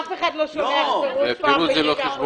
אף אחד לא שולח פירוט פעם בחצי שנה.